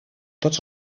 tots